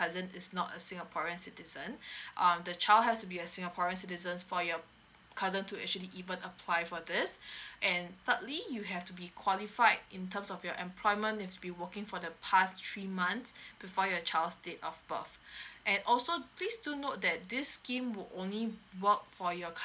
cousin is not a singaporean citizen um the child has to be a singaporean citizen for your cousin to actually even apply for this and thirdly you have to be qualified in terms of your employment have to be working for the past three months before your child's date of birth and also please do note that this scheme will only work for your